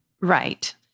right